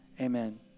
Amen